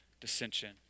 dissension